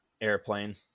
airplane